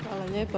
Hvala lijepa.